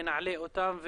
ונעלה אותם,